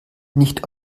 nicht